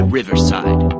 Riverside